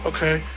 Okay